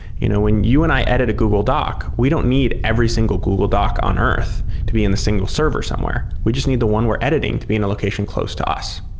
you know when you and i edit a google doc, we don't need every single google doc on earth to be in a single server somewhere. we just need the one we're editing to be in a location close to us.